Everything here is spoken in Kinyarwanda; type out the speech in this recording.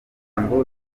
ngo